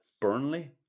Burnley